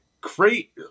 great